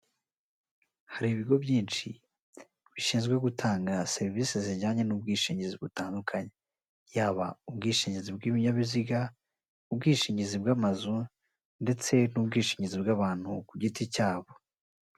Hari ibigo byinshi bishinzwe gutanga serivise zijyanye n'ubwishingizi butandukanye; yaba ubwishingizi bw'ibinyabiziga, ubwishingizi bw'amazu ndetse n'ubwishingizi bw'abantu ku giti cyabo.